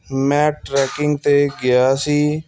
ਮੈਂ ਟਰੈਕਿੰਗ 'ਤੇ ਗਿਆ ਸੀ